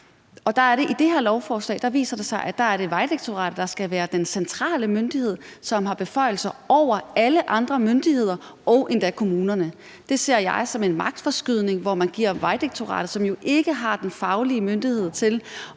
i det her lovforslag viser det sig, at det er Vejdirektoratet, der skal være den centrale myndighed, som har beføjelser over alle andre myndigheder og endda kommunerne. Det ser jeg som en magtforskydning, hvor man giver beføjelser til Vejdirektoratet, som jo ikke har den faglige myndighed til